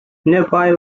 nearby